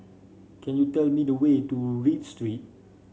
can you tell me the way to Read Street